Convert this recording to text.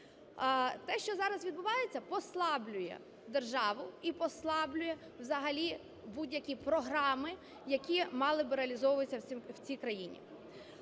Те, що зараз відбувається, послаблює державу і послаблює взагалі будь-які програми, які мали би реалізовуватися в цій країні.